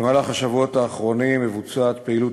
בשבועות האחרונים מבוצעת פעילות